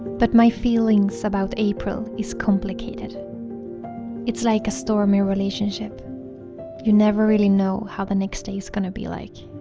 but my feelings about april is complicated it's like a stormy relationship you never really know how the next day is gonna be like